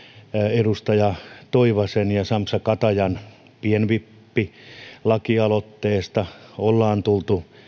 edustaja toivakan ja edustaja sampsa katajan pienvippilakialoitteesta ja ollaan tultu